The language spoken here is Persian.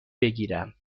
بگیرم